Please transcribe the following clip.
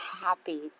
happy